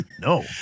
no